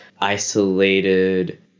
isolated